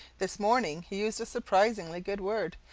this morning he used a surprisingly good word.